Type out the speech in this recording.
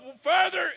further